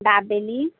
dabeli